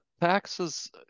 taxes